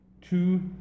two